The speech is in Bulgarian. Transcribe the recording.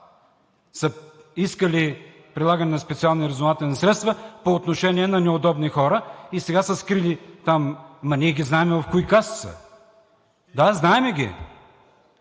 са искали прилагане на специални разузнавателни средства по отношение на неудобни хора и сега са скрили там, но ние ги знаем в кои каси са. Да, знаем ги!